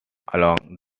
along